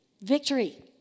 Victory